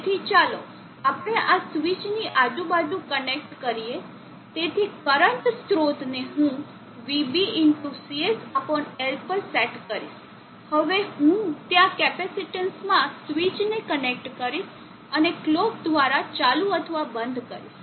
તેથી ચાલો આપણે આ સ્વિચની આજુબાજુ કનેક્ટ કરીએ તેથી કરંટ સ્ત્રોતને હું vB CSL પર સેટ કરીશ હવે હું ત્યાં કેપેસિટીન્સમાં સ્વીચને કનેક્ટ કરીશ અને કલોક દ્વારા ચાલુ અથવા બંધ કરીશ